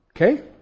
Okay